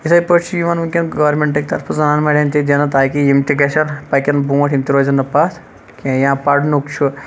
اِتھے پٲٹھۍ چھِ یِوان وٕنکٮ۪ن گورمنٹٕکۍ طَرفہٕ زَنان مَنٛڈٮ۪ن تہِ دِنہٕ تاکہِ یِم تہِ گَژھَن پَکٔن برونٛٹھ یِم تہِ روزَن نہٕ پتھ کینٛہہ یا پَرنُک چھُ